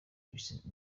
bise